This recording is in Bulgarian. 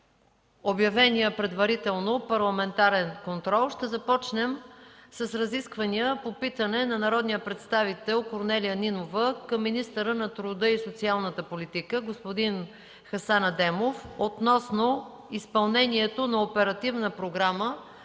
обявения предварително парламентарен контрол. Ще започнем с разисквания по питане на народния представител Корнелия Нинова към министъра на труда и социалната политика господин Хасан Адемов относно изпълнението на Оперативна програма